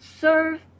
serve